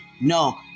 No